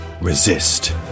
Resist